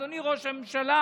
אדוני ראש הממשלה,